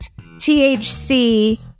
THC